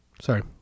Sorry